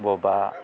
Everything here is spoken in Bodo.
बबेबा